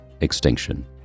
extinction